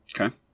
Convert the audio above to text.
Okay